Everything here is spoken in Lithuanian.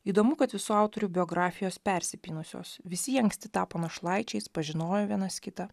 įdomu kad visų autorių biografijos persipynusios visi jie anksti tapo našlaičiais pažinojo vienas kitą